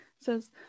says